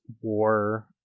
war